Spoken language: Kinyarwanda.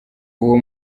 uwo